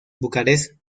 bucarest